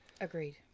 Agreed